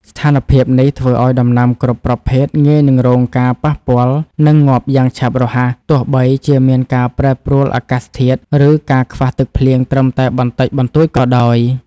ស្ថានភាពនេះធ្វើឱ្យដំណាំគ្រប់ប្រភេទងាយនឹងរងការប៉ះពាល់ និងងាប់យ៉ាងឆាប់រហ័ស ទោះបីជាមានការប្រែប្រួលអាកាសធាតុ ឬការខ្វះទឹកភ្លៀងត្រឹមតែបន្តិចបន្តួចក៏ដោយ។